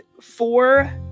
four